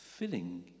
filling